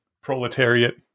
Proletariat